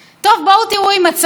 תכף נדבר על זה.